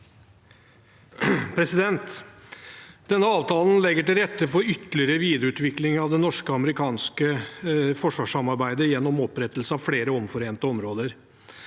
Denne avtalen legger til rette for ytterligere videreutvikling av det norske-amerikanske forsvarssamarbeidet gjennom opprettelse av flere omforente områder.